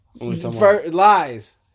Lies